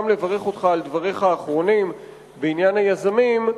גם לברך אותך על דבריך האחרונים בעניין היזמים.